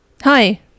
Hi